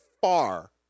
far